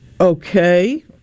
Okay